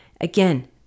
Again